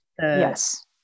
Yes